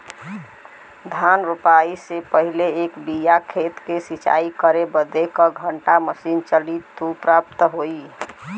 धान रोपाई से पहिले एक बिघा खेत के सिंचाई करे बदे क घंटा मशीन चली तू पर्याप्त होई?